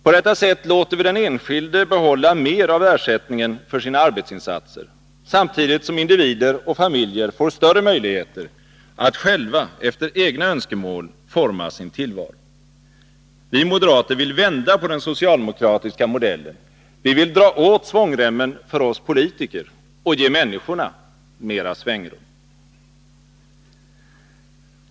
På detta sätt låter vi den enskilde behålla mer av ersättningen för sina arbetsinsatser, samtidigt som individer och familjer får större möjligheter att själva efter egna önskemål forma sin tillvaro. Vi moderater vill vända på den socialdemokratiska modellen. Vi vill dra åt svångremmen för oss politiker och ge människorna mera svängrum.